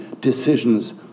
decisions